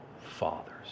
fathers